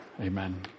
Amen